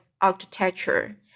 architecture